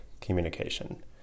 communication